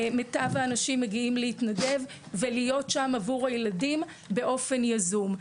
מיטב האנשים מגיעים להתנדב ולהיות שם עבור הילדים באופן יזום.